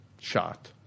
shot